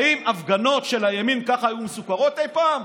האם הפגנות של הימין ככה היו מסוקרות אי פעם?